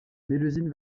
mélusine